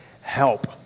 Help